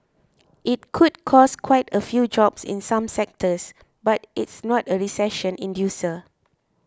it could cost quite a few jobs in some sectors but it's not a recession inducer